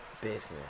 business